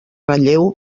relleu